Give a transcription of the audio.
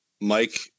Mike